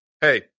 hey